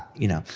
you know.